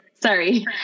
Sorry